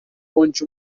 onde